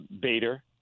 Bader